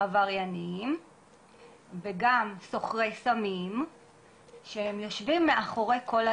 אם מישהו יפגע בך במכוון,